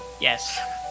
Yes